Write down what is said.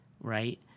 right